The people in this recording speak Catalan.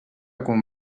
quan